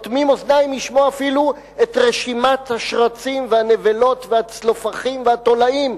לשמוע אפילו את רשימת השרצים והנבלות והצלופחים והתולעים,